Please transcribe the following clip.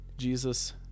Jesus